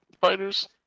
fighters